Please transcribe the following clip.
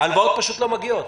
הלוואות פשוט לא מגיעות.